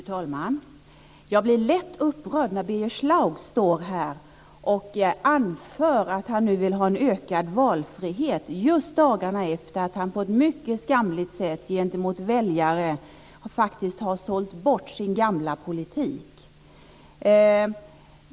Fru talman! Jag blir lätt upprörd när Birger Schlaug står här och anför att han nu vill ha en ökad valfrihet just dagarna efter det att han på ett mycket skamligt sätt gentemot väljare faktiskt har sålt bort sin gamla politik.